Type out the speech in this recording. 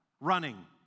Running